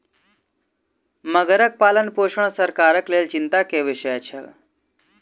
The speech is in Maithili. मगरक पालनपोषण सरकारक लेल चिंता के विषय छल